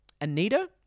Anita